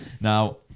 now